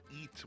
eat